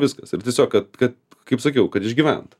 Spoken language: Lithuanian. viskas ir tiesiog kad kad kaip sakiau kad išgyvent